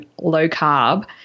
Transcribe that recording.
low-carb